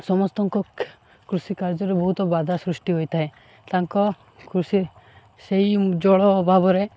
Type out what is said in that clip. ସମସ୍ତଙ୍କ କୃଷି କାର୍ଯ୍ୟରେ ବହୁତ ବାଧା ସୃଷ୍ଟି ହୋଇଥାଏ ତାଙ୍କ କୃଷି ସେଇ ଜଳ ଅଭାବରେ